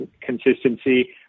consistency